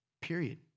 Period